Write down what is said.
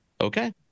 Okay